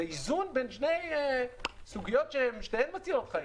זה איזון בין שתי סוגיות ששתיהן מצילות חיים.